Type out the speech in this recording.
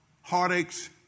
heartaches